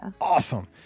awesome